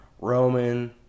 Roman